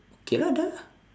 okay lah dah